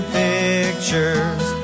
pictures